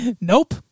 Nope